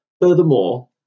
Furthermore